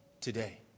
today